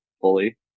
fully